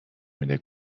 میده